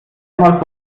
einmal